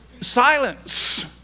silence